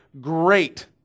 great